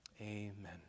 Amen